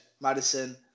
Madison